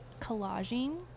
collaging